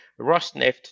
Rosneft